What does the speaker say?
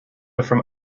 from